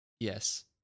yes